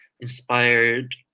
inspired